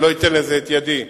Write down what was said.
אני לא אתן לזה את ידי,